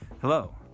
Hello